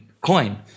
coin